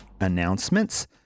announcements